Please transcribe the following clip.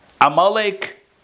Amalek